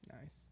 Nice